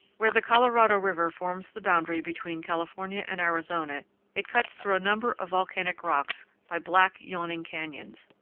where the colorado river forms the boundary between california and arizona it cuts through a number of volcanic rocks by black, yawning canyons.